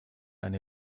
eine